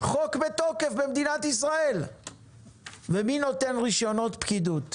חוק בתוקף במדינת ישראל ומי נותן רישיונות פקידות